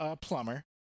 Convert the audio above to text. plumber